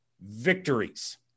victories